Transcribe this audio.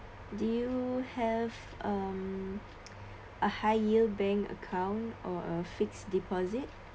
do you have um a high yield bank account or a fixed deposit